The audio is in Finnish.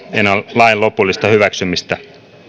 lain lopullista hyväksymistä